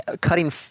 Cutting